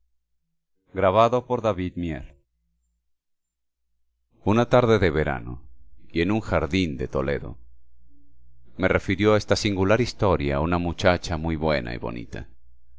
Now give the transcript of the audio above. adolfo bécquer una tarde de verano y en un jardín de toledo me refirió esta singular historia una muchacha muy buena y muy bonita